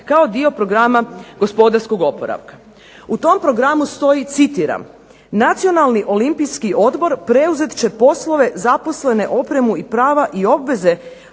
kao dio Programa gospodarskog oporavka. U tom programu stoji: "Nacionalni olimpijski odbor preuzet će poslove zaposlene, opremu, prava i obveze